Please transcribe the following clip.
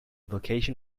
location